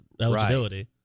eligibility